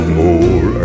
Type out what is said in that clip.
more